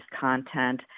content